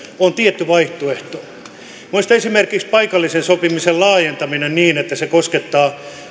on tietty vaihtoehto esimerkiksi paikallisen sopimisen laajentaminen niin että se koskettaa